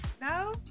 No